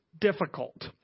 difficult